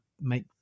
make